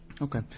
Okay